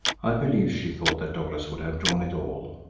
i believe she thought that douglas would have drawn it all.